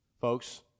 folks